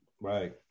Right